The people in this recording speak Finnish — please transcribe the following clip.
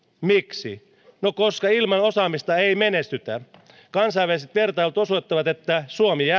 miksi no koska ilman osaamista ei menestytä kansainväliset vertailut osoittavat että suomi